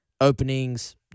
openings